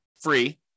free